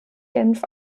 genf